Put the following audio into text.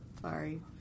Sorry